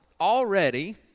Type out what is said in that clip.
already